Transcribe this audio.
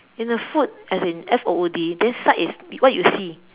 in the food as in F O O D and sight is what you see